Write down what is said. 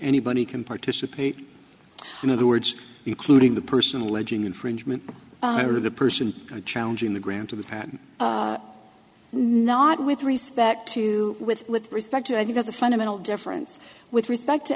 anybody can participate in other words including the person alleging infringement or the person challenging the grant of the patent not with respect to with respect to i think that's a fundamental difference with respect to